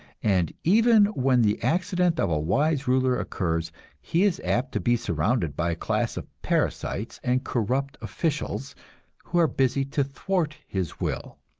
and even when the accident of a wise ruler occurs he is apt to be surrounded by a class of parasites and corrupt officials who are busy to thwart his will.